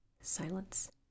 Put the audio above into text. Silence